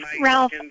Ralph